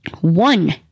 One